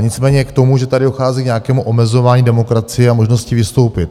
Nicméně k tomu, že tady dochází k nějakému omezování demokracie a možnosti vystoupit.